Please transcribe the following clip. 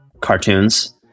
cartoons